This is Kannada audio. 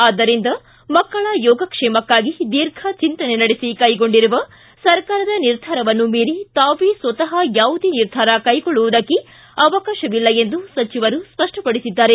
ಆದ್ದರಿಂದ ಮಕ್ಕಳ ಯೋಗಕ್ಷೇಮಕ್ಕಾಗಿ ದೀರ್ಘ ಚಿಂತನೆ ನಡೆಸಿ ಕೈಗೊಂಡಿರುವ ಸರ್ಕಾರದ ನಿರ್ಧಾರವನ್ನು ಮೀರಿ ತಾವೇ ಸ್ವತ ಯಾವುದೇ ನಿರ್ಧಾರ ಕೈಗೊಳ್ಳುವುದಕ್ಕೆ ಅವಕಾಶವಿಲ್ಲ ಎಂದು ಸಚಿವರು ಸ್ಪಷ್ಟಪಡಿಸಿದ್ದಾರೆ